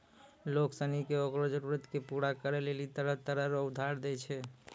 लोग सनी के ओकरो जरूरत के पूरा करै लेली तरह तरह रो उधार दै छै